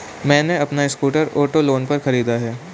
मैने अपना scooter auto loan पर खरीदा है